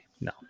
No